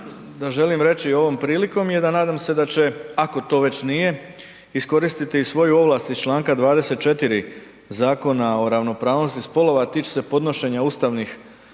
da želim reći ovom prilikom je da nadam se da će ako to već nije iskoristiti i svoju ovlast iz članka 24. Zakona o ravnopravnosti spolova a tiče se podnošenja ustavnih,